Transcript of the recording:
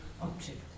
Object